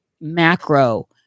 macro